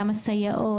גם הסייעות,